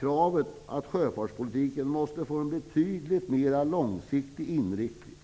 kravet att sjöfartspolitiken måste få en betydligt mer långsiktig inriktning.